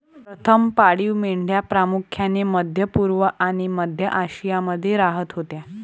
प्रथम पाळीव मेंढ्या प्रामुख्याने मध्य पूर्व आणि मध्य आशियामध्ये राहत होत्या